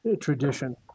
tradition